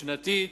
שנתית